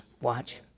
Watch